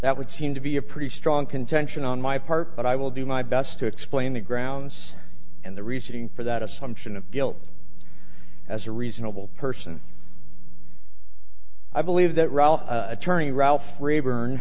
that would seem to be a pretty strong contention on my part but i will do my best to explain the grounds and the reasoning for that assumption of guilt as a reasonable person i believe that raul attorney ralph rayburn